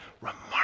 Remarkable